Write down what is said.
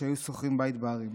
שהיו שוכרים בית בהרים.